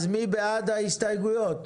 מי בעד ההסתייגויות?